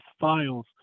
files